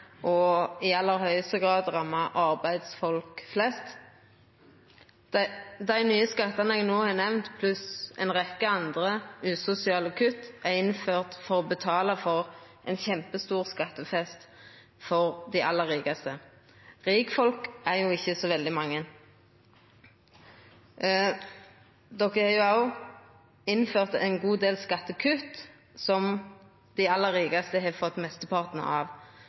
i aller høgaste grad rammar arbeidsfolk flest. Dei nye skattane eg no har nemnt, pluss ei rekkje andre usosiale kutt, er innførte for å betala for ein kjempestor skattefest for dei aller rikaste. Rikfolk er ikkje så veldig mange. Dei har òg innført ein god del skattekutt som dei aller rikaste har fått mesteparten av.